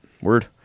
Word